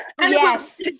yes